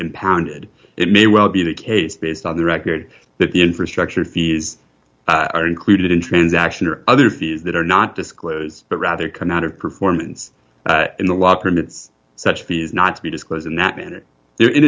impounded it may well be the case based on the record that the infrastructure fees are included in transaction or other fees that are not disclosed but rather come out of performance in the law permits such fees not to be disclosed in that manner